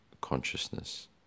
consciousness